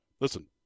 listen